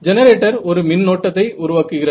generator ஒரு மின்னோட்டத்தை உருவாக்குகிறது